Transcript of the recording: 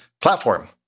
platform